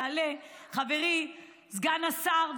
יעלה חברי סגן השר,